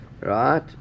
Right